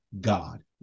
God